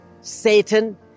Satan